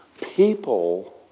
People